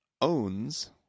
owns